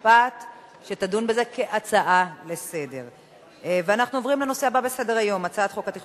להצעה לסדר-היום ולהעביר את הנושא לוועדת החוקה,